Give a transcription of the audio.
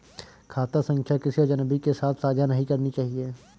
खाता संख्या किसी अजनबी के साथ साझा नहीं करनी चाहिए